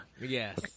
Yes